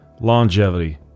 longevity